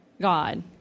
God